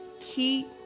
keep